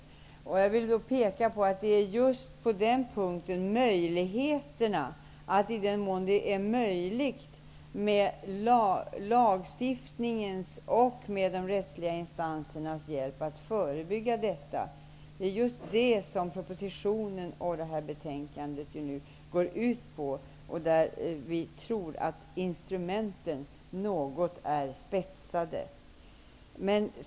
Propositionen och det betänkande som vi nu behandlar rör just möjligheterna att med lagstiftningens och de rättsliga instansernas hjälp förebygga detta. Vi tror att instrumenten har blivit något spetsade.